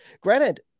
Granted